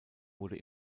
wurde